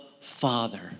Father